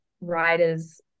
writers